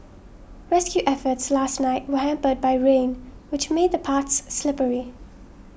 rescue efforts last night were hampered by rain which made the paths slippery